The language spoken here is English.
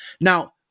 now